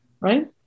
Right